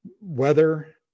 weather